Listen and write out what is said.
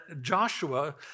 Joshua